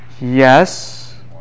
Yes